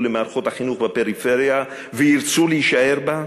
למערכות החינוך בפריפריה וירצו להישאר בה,